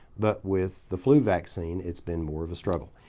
but with the flu vaccine it's been more of a struggle.